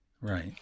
Right